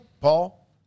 Paul